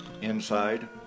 inside